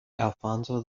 alfonso